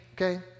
okay